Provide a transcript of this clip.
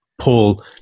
Paul